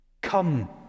Come